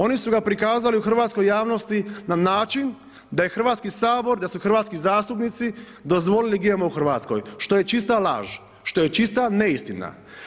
Oni su ga prikazali u hrvatskoj javnosti, na način da je Hrvatski sabor, da su hrvatski zastupnici dozvolili GMO u Hrvatskoj, što je čista laž, što je čista neistina.